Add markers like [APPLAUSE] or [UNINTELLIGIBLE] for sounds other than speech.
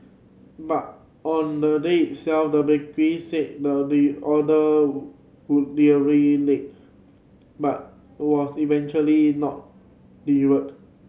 but on the day self the bakery said the the order would [UNINTELLIGIBLE] late but was eventually not delivered